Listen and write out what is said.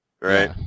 right